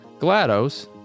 GLaDOS